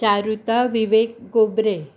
Charuta Vivek गोबरें